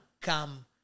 come